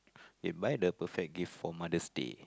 they buy the perfect gift for Mother's Day